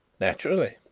naturally.